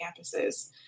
campuses